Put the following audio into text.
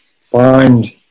find